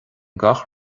gach